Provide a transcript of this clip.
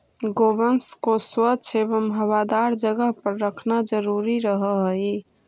गोवंश को स्वच्छ एवं हवादार जगह पर रखना जरूरी रहअ हई